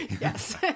yes